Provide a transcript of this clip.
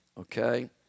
okay